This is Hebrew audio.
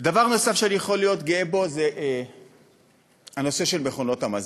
דבר נוסף שאני יכול להיות גאה בו זה הנושא של מכונות המזל,